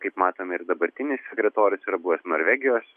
kaip matome ir dabartinis sekretorius yra buvęs norvegijos